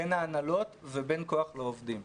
בין ההנהלות, ובין כוח לעובדים.